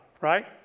right